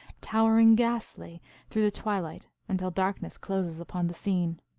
towering ghastly through the twilight until darkness closes upon the scene.